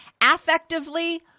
Affectively